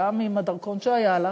גם עם הדרכון שהיה לך,